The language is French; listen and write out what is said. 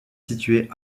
située